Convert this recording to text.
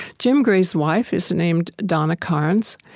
jim gray's wife is named donna carnes,